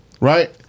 right